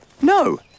No